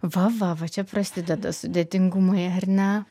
va va va čia prasideda sudėtingumai ar ne